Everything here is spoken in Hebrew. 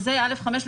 א5,